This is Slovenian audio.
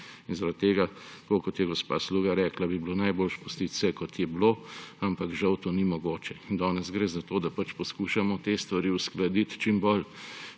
tega, tako kot je gospa Sluga rekla, bi bilo najboljše pustiti vse tako, kot je bilo. Ampak žal to ni mogoče. Danes gre za to, da poskušamo te stvari uskladiti čim bolj